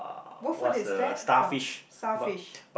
what food is that from sour fish